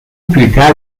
پیرتر